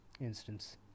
instance